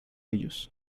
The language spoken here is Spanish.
ellos